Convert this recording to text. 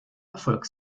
erfolg